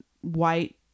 white